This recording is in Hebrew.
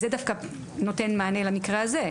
זה דווקא נותן מענה למקרה הזה.